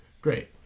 Great